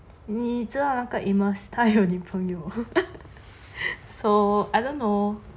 你知道那个 amos 他有女朋友 so I don't know